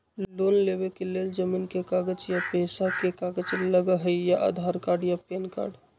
Loan लेवेके लेल जमीन के कागज या पेशा के कागज लगहई या आधार कार्ड या पेन कार्ड?